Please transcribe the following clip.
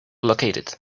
located